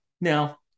Now